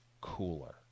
cooler